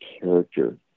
character